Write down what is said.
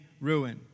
ruin